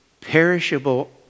perishable